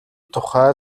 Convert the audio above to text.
тухай